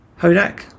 Hodak